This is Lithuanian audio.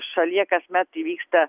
šalyje kasmet įvyksta